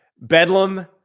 bedlam